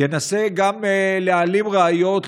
ינסה גם להעלים ראיות,